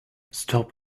stop